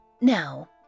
Now